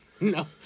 No